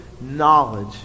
knowledge